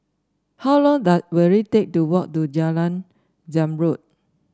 how long does will it take to walk to Jalan Zamrud